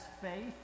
faith